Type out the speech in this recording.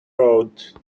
road